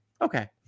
Okay